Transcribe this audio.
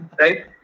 right